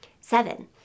Seven